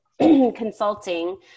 consulting